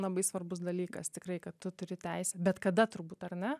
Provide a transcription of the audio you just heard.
labai svarbus dalykas tikrai kad tu turi teisę bet kada turbūt ar ne